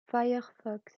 firefox